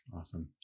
Awesome